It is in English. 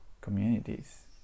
communities